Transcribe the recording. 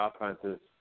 offenses